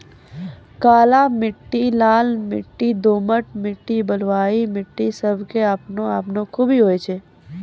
काली मिट्टी, लाल मिट्टी, दोमट मिट्टी, बलुआही मिट्टी सब के आपनो आपनो खूबी होय छै